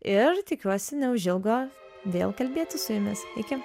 ir tikiuosi neužilgo vėl kalbėtis su jumis iki